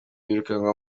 birukanwa